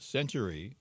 Century